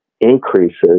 increases